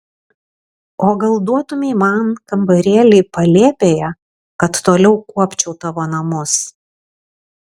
o gal duotumei man kambarėlį palėpėje kad toliau kuopčiau tavo namus